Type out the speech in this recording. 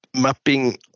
mapping